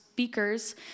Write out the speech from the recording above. Speakers